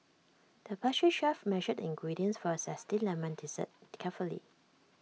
the pastry chef measured the ingredients for A Zesty Lemon Dessert carefully